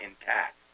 intact